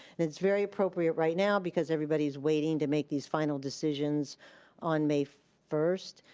and it's very appropriate right now because everybody's waiting to make these final decisions on may first,